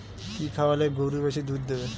কি খাওয়ালে গরু বেশি দুধ দেবে?